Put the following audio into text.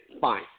fine